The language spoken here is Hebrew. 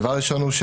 הדבר הראשון הוא,